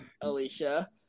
Alicia